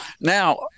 Now